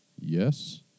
Yes